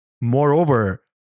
Moreover